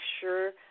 sure